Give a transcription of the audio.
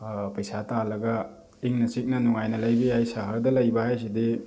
ꯄꯩꯁꯥ ꯇꯥꯜꯂꯒ ꯏꯪꯅ ꯆꯤꯛꯅ ꯅꯨꯡꯉꯥꯏꯅ ꯂꯩꯕ ꯌꯥꯏ ꯁꯍꯔꯗ ꯂꯩꯕ ꯍꯥꯏꯁꯤꯗꯤ